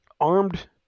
armed